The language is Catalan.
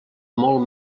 molt